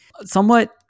somewhat